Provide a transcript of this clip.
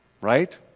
Right